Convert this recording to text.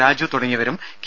രാജു തുടങ്ങിയവരും കെ